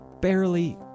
barely